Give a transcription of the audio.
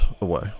away